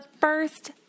first